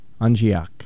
Angiak